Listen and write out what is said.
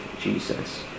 Jesus